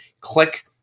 click